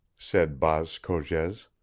said baas cogez.